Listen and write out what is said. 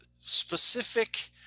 specific